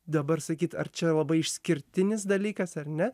dabar sakyt ar čia labai išskirtinis dalykas ar ne